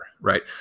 right